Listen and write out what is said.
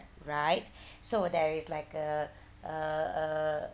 right so there is like a a a